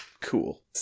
cool